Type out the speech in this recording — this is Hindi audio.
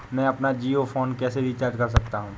मैं अपना जियो फोन कैसे रिचार्ज कर सकता हूँ?